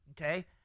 Okay